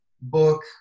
Book